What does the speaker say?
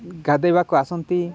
ଗାଧୋଇବାକୁ ଆସନ୍ତି